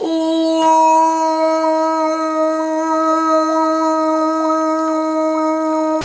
oh